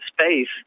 space